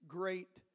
great